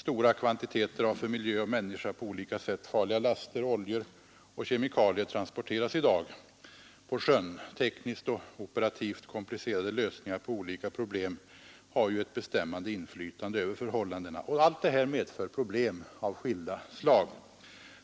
Stora kvantiteter av för miljö och människa på olika sätt farliga laster, oljor och kemikalier, transporteras i dag med fartyg. Tekniskt och operativt komplicerade lösningar på olika problem har ju ett bestämmande inflytande över förhållandena inom sjöfarten. Allt detta medför problem av skilda slag.